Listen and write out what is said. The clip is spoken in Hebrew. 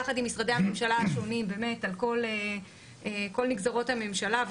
יחד עם משרדי הממשלה השונים על כל נגזרות הממשלה,